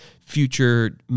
future